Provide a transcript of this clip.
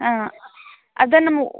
ಹಾಂ ಅದೇ ನಮ್ಮ